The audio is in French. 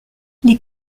les